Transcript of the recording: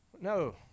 No